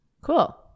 Cool